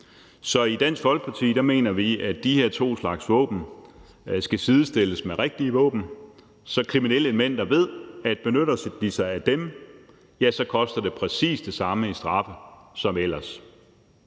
Så i Dansk Folkeparti mener vi, at de her to slags våben skal sidestilles med rigtige våben, så kriminelle elementer ved, at benytter de sig af dem, ja, så koster det præcis det samme i straf som ellers.